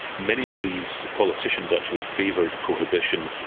many of these politicians actually favoured prohibition,